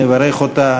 נברך אותה.